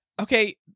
Okay